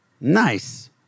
nice